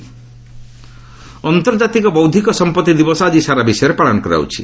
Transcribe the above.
IPR day ଅନ୍ତର୍ଜାତିକ ବୌଦ୍ଧିକ ସମ୍ପର୍ତ୍ତି ଦିବସ ଆଜି ସାରା ବିଶ୍ୱରେ ପାଳନ କରାଯାଉଛି